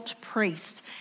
priest